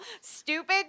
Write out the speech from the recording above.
stupid